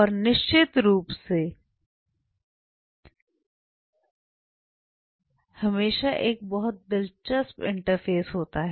और निश्चित रूप से हमेशा एक बहुत ही दिलचस्प इंटरफ़ेस होता है